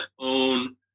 own